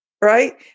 right